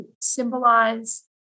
symbolize